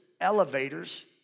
elevators